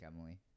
Emily